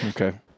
Okay